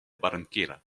barranquilla